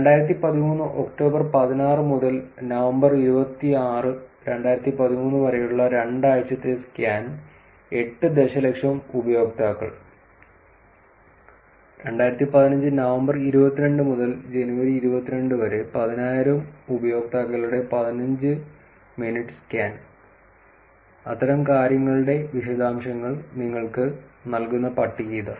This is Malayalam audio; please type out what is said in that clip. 2013 ഒക്ടോബർ 16 മുതൽ നവംബർ 26 2013 വരെയുള്ള രണ്ടാഴ്ചത്തെ സ്കാൻ 8 ദശലക്ഷം ഉപയോക്താക്കൾ 2015 നവംബർ 22 മുതൽ ജനുവരി 22 വരെ 10000 ഉപയോക്താക്കളുടെ 15 മിനിറ്റ് സ്കാൻ അത്തരം കാര്യങ്ങളുടെ വിശദാംശങ്ങൾ നിങ്ങൾക്ക് നൽകുന്ന പട്ടിക ഇതാ